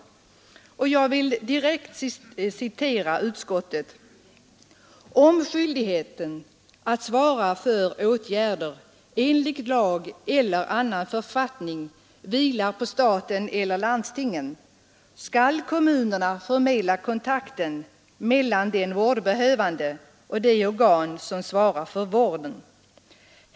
Jag vill direkt citera ur utskottets utlåtande: ”Om skyldigheten att svara för åtgärder enligt lag eller annan författning vilar på staten eller landstingen, skall kommunerna förmedla kontakt mellan den vårdbehövande och det organ som svarar för vården.